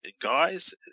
guys